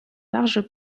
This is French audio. larges